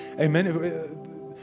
Amen